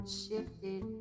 shifted